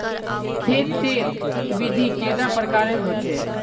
खेत तेर विधि कैडा प्रकारेर होचे?